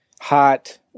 hot